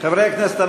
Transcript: חברי הכנסת,